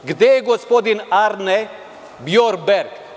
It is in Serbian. Gde je gospodine Arne Bjornberg?